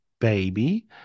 baby